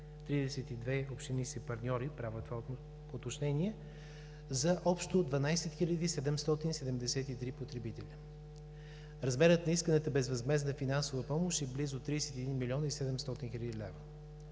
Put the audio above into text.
32 общини са партньори – правя това уточнение, за общо 12 773 потребители. Размерът на исканата безвъзмездна финансова помощ е близо 31 млн. 700 хил. лв.